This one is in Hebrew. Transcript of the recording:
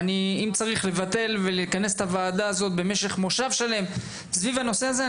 ואם צריך לכנס את הוועדה הזאת במשך מושב שלם סביב הנושא הזה,